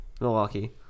Milwaukee